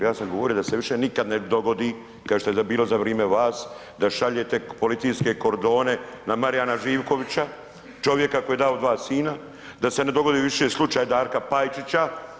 Ja sam govorio da se više nikada ne dogodi, kao što je to bilo za vrijeme vas da šaljete policijske kordone na Marijana Živkovića čovjeka koji je dao dva sina, da se ne dogodi više slučaj Darka Pajčića.